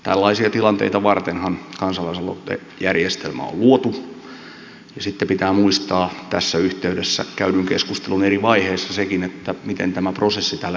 tällaisia tilanteita vartenhan kansalaisaloitejärjestelmä on luotu ja sitten pitää muistaa tässä yhteydessä käydyn keskustelun eri vaiheissa sekin miten tämä prosessi täällä eduskunnassa etenee